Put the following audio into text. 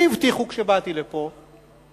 לי הבטיחו כשבאתי לפה,